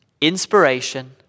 Inspiration